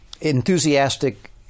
enthusiastic